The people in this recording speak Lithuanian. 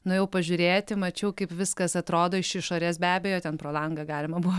nuėjau pažiūrėti mačiau kaip viskas atrodo iš išorės be abejo ten pro langą galima buvo